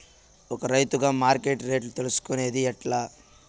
ఒక రైతుగా మార్కెట్ రేట్లు తెలుసుకొనేది ఎట్లా?